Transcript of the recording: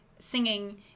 singing